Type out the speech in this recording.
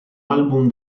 album